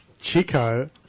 chico